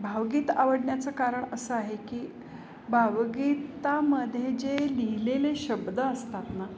भावगीत आवडण्याचं कारण असं आहे की भावगीतामध्ये जे लिहिलेले शब्द असतात ना